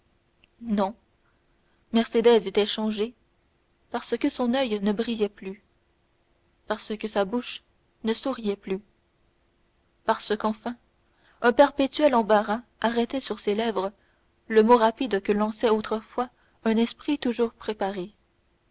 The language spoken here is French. non mercédès était changée parce que son oeil ne brillait plus parce que sa bouche ne souriait plus parce qu'enfin un perpétuel embarras arrêtait sur ses lèvres le mot rapide que lançait autrefois un esprit toujours préparé